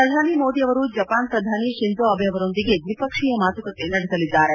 ಪ್ರಧಾನಿ ಮೋದಿ ಅವರು ಜಪಾನ್ ಪ್ರಧಾನಿ ಶಿಂಜೋ ಅಬೆ ಅವರೊಂದಿಗೆ ದ್ವಿಪಕ್ವೀಯ ಮಾತುಕತೆ ನಡೆಸಲಿದ್ದಾರೆ